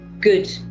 good